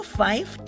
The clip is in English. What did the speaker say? five